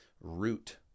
root